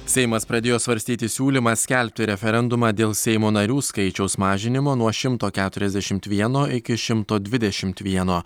seimas pradėjo svarstyti siūlymą skelbti referendumą dėl seimo narių skaičiaus mažinimo nuo šimto keturiasdešimt vieno iki šimto dvidešimt vieno